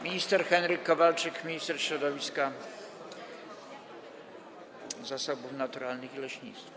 Minister Henryk Kowalczyk, minister środowiska, zasobów naturalnych i leśnictwa.